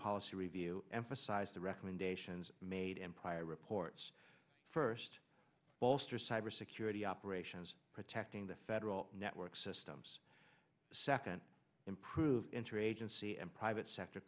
policy review emphasized the recommendations made in prior reports first bolster cyber security operations protecting the federal network systems second improve interagency and private sector